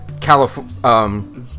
California